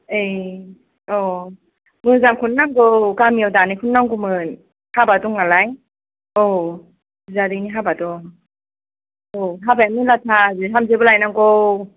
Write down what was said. ए औ मोजांखौनो नांगौ गामियाव दानायखौनो नांगौमोन हाबा दं नालाय औ बियादैनि हाबा दं औ हाबायानो मेरलाथाार बिहामजोबो लायनांगौ